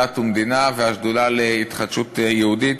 דת ומדינה והשדולה להתחדשות יהודית,